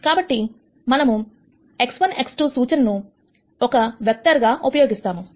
కాబట్టి మనము x1 x2 సూచనను ఒక వెక్టార్ గా ఉపయోగిస్తాము